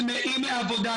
צמאים לעבודה.